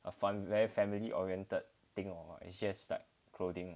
a fun very family oriented thing or [what] it's just like clothing